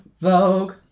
Vogue